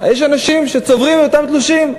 יש אנשים שצוברים את אותם תלושים,